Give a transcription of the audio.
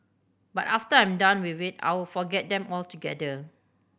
but after I'm done with it I'll forget them altogether